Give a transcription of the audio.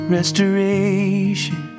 Restoration